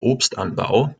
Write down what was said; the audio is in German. obstanbau